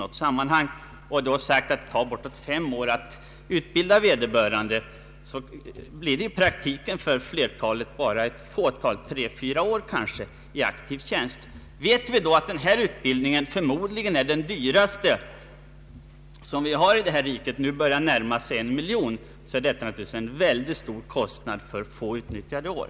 Då vederbörandes utbildning tar bortåt fem år, blir det i praktiken för flertalet bara tre—fyra år i aktiv tjänst. Vi vet att denna utbildning förmodligen är den dyraste som finns i vårt land — kostnaderna per förare börjar närma sig en miljon kronor — och det blir då naturligtvis mycket stora kostnader för så få utnyttjade år.